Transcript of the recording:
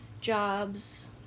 jobs